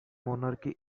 monarchy